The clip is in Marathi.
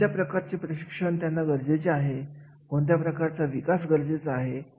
एखाद्या विशिष्ट परिस्थितीमध्ये त्या संस्थेसाठी हे कार्य किती महत्त्वाचे आहे आणि किती उपयोगाचे आहे